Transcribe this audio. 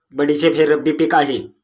बडीशेप हे रब्बी पिक आहे